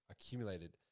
accumulated